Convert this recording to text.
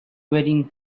waiting